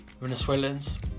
Venezuelans